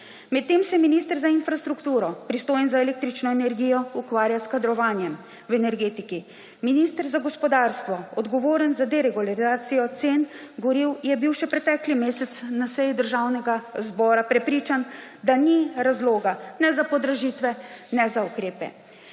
Medtem se minister za infrastrukturo, pristojen za električno energijo, ukvarja s kadrovanjem v energetiki. Minister za gospodarstvo, odgovoren za deregulacijo cen goriv, je bil še v preteklem mesecu na seji Državnega zbora prepričan, da ni razloga ne za podražitve ne za ukrepe.